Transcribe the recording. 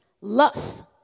lust